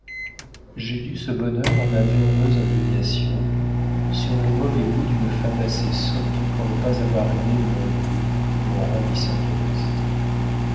j'ai dû ce bonheur à ma verveuse indignation sur le mauvais goût d'une femme assez sotte pour ne pas avoir aimé mon beau mon ravissant